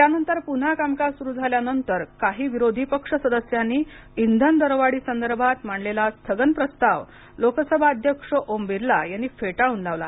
त्यानंतर पुन्हा कामकाज सुरु झाल्यानंतर काही विरोधी पक्ष सदस्यांनी इंधन दरवाढी संदर्भात मांडलेला स्थगन प्रस्ताव लोकसभा अध्यक्ष ओम बिर्ला यांनी फेटाळून लावला